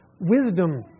Wisdom